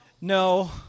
no